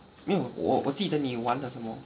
没有我记得你玩了什么